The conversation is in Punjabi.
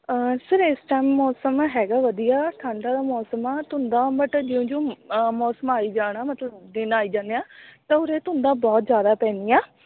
ਸਰ ਇਸ ਟਾਈਮ ਮੌਸਮ ਹੈਗਾ ਵਧੀਆ ਠੰਡ ਵਾਲਾ ਮੌਸਮ ਆ ਧੁੰਦਾਂ ਜਿਉਂ ਜਿਉਂ ਮੌਸਮ ਆਈ ਜਾਣਾ ਮਤਲਬ ਦਿਨ ਆਈ ਜਾਦੇ ਆ ਤਾਂ ਉਰੇ ਧੁੰਦਾਂ ਬਹੁਤ ਜ਼ਿਆਦਾ ਪੈਦੀਆਂ